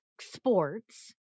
sports